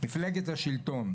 לא אתם, מפלגת השלטון.